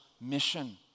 mission